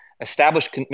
established